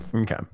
okay